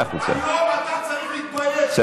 בא לך להרים עליי את הקול?